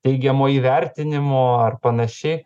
teigiamo įvertinimo ar panašiai